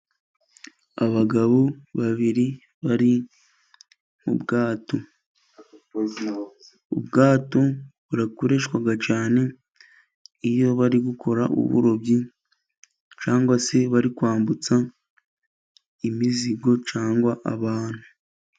Abagabo babiri bari mu bwa ubwato. Ubwato burakoreshwa cyane iyo bari gukora uburobyi cyangwa se bari kwambutsa imizigo cyangwa abantu.